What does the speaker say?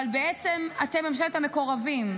אבל בעצם אתם ממשלת המקורבים,